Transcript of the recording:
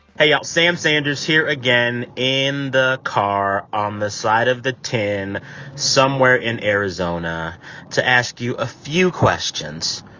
y'all. sam sanders here again in the car on the side of the ten somewhere in arizona to ask you a few questions.